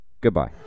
Goodbye